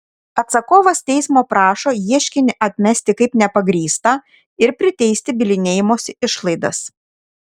atsakovas teismo prašo ieškinį atmesti kaip nepagrįstą ir priteisti bylinėjimosi išlaidas